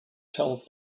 told